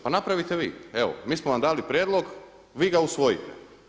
Pa napravite vi, evo mi smo vam dali prijedlog vi ga usvojite.